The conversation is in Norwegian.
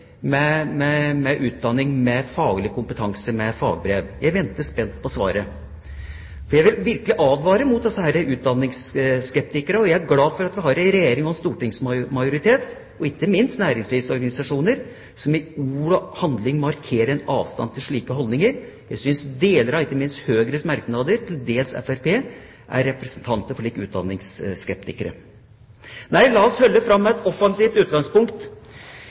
med utdanning med faglig kompetanse og fagbrev? Jeg venter spent på svaret. Jeg vil virkelig advare mot disse utdanningsskeptikerne. Jeg er glad for at vi har en regjering, en stortingsmajoritet og ikke minst næringslivsorganisasjoner som i ord og handling markerer en avstand til slike holdninger. Jeg synes deler av Høyres merknader, og til dels Fremskrittspartiets, representerer slike utdanningsskeptikere. Nei, la oss holde fram